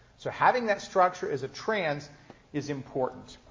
so having that structure as a trans is important.